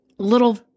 little